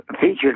featured